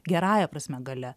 gerąja prasme galia